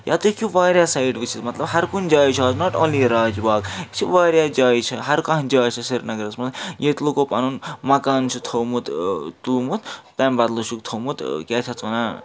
یا تُہۍ ہیٚکِو واریاہ سایڈ وُچھِتھ مطلب ہر کُنہِ جایہِ چھُ اَز ناٹ آنلی راج باغ یہِ چھِ واریاہ جایہِ چھِ ہر کانٛہہ جایہِ چھِ سرینَگرَس منٛز ییٚتہِ لُکو پَنُن مَکان چھُ تھوٚومُت تُلمُت تَمہِ بَدلہٕ چھُکھ تھوٚومُت کیٛاہ چھِ اَتھ وَنان